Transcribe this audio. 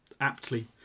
aptly